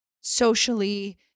socially